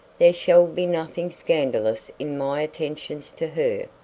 there shall be nothing scandalous in my attentions to her.